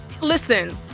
Listen